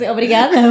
Obrigada